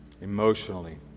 emotionally